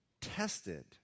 tested